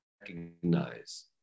recognize